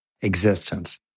existence